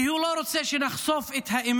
כי הוא לא רוצה שנחשוף את האמת